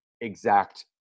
exact